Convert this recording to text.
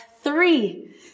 three